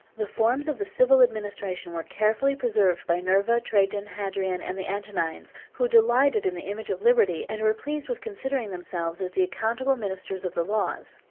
the forms of the civil administration were carefully preserved by nerva, trajan, hadrian, and the antonines, who delighted in the image of liberty, and were pleased with considering themselves as the accountable ministers of the laws.